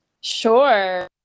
Sure